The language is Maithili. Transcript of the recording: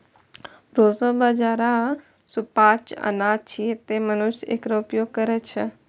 प्रोसो बाजारा सुपाच्य अनाज छियै, तें मनुष्य एकर उपभोग करै छै